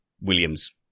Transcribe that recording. Williams